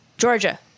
Georgia